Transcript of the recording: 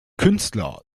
künstler